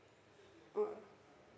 uh